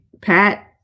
Pat